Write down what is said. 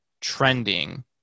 trending